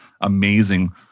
amazing